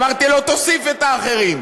אמרתי לו: תוסיף את האחרים.